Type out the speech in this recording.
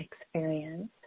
experience